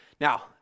Now